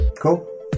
cool